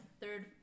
third